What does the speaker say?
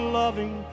loving